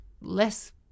less